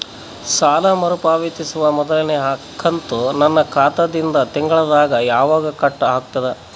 ಸಾಲಾ ಮರು ಪಾವತಿಸುವ ಮೊದಲನೇ ಕಂತ ನನ್ನ ಖಾತಾ ದಿಂದ ತಿಂಗಳದಾಗ ಯವಾಗ ಕಟ್ ಆಗತದ?